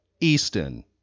Easton